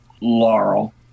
Laurel